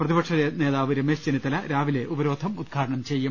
പ്രതിപക്ഷ നേതാവ് രമേശ് ചെന്നിത്തല രാവിലെ ഉപരോധം ഉദ്ഘാടനം ചെയ്യും